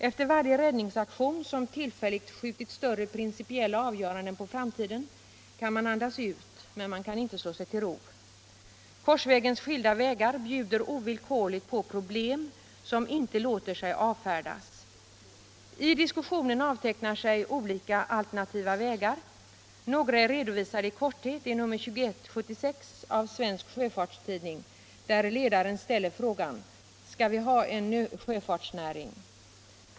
Efter varje räddningsaktion som tillfälligt skjutit större principiella avgöranden på framtiden kan man andas ut, men man kan inte slå sig till ro. Korsvägens skilda vägar bjuder ovillkorligen på problem som inte låter sig avfärda. I diskussionen avtecknar sig olika alternativa vägar. Några är redovisade i korthet i nr 21 år 1976 av Svensk Sjöfarts Tidning, där ledaren ställer frågan: Skall vi ha en sjöfartsnäring?